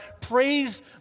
praise